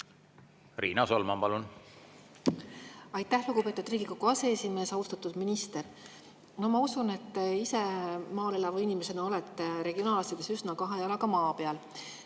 Riina Solman, palun! Aitäh, lugupeetud Riigikogu aseesimees! Austatud minister! Ma usun, et ise maal elava inimesena olete regionaalasjades üsna kahe jalaga maa peal.